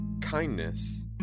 kindness